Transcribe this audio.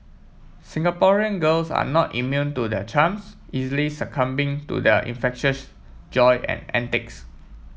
Singaporean girls are not immune to their charms easily succumbing to their infectious joy and antics